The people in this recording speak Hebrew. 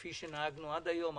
כפי שנהגנו עד היום.